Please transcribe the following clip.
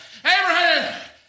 Abraham